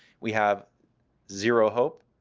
we have zero hope,